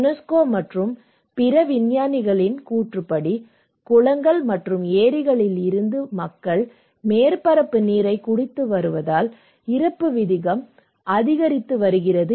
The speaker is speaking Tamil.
யுனெஸ்கோ மற்றும் பிற விஞ்ஞானிகளின் கூற்றுப்படி குளங்கள் மற்றும் ஏரிகளில் இருந்து மக்கள் மேற்பரப்பு நீரைக் குடித்து வருவதால் இறப்பு விகிதம் அதிகரித்து வருகிறது